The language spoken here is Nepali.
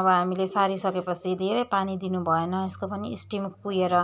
अब हामीले सारिसकेपछि धेरै पानी दिनुभएन यसको पनि स्टेम कुहिएर